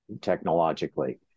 technologically